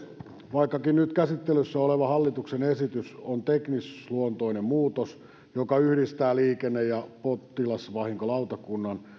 vaikkakin nyt käsittelyssä oleva hallituksen esitys on teknisluontoinen muutos joka yhdistää liikenne ja potilasvahinkolautakunnan